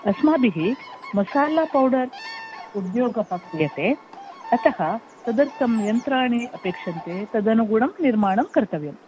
अस्माभिः मसाला पौडर् उद्योगः क्रियते अतः तदर्थं यन्त्राणि अपेक्षन्ते तदनुगुणं निर्माणं कर्तव्यम्